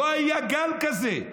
לא היה גל כזה,